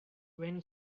when